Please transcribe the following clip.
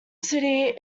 city